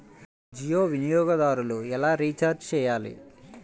జియో వినియోగదారులు ఎలా రీఛార్జ్ చేయాలి?